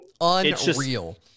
Unreal